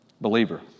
believer